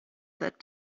that